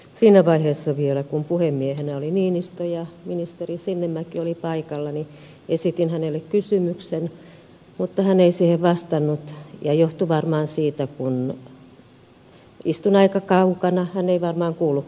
siinä vaiheessa vielä kun puhemiehenä oli niinistö ja ministeri sinnemäki oli paikalla niin esitin ministerille kysymyksen mutta hän ei siihen vastannut mikä johtui varmaan siitä että kun istun aika kaukana niin hän ei varmaan kuullut kysymystäni